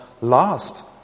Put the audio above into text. last